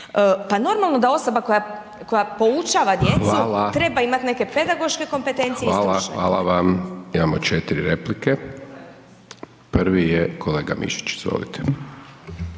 Pa normalno da osoba koja poučava djecu treba imati neke pedagoške kompetencije i stručne. **Hajdaš Dončić, Siniša (SDP)** Hvala vam. Imamo četiri replike, prvi je kolega Mišić. Izvolite.